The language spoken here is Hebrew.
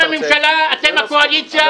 אתם הממשלה, אתם הקואליציה.